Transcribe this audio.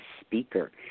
speaker